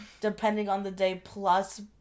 depending-on-the-day-plus